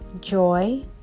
joy